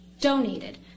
donated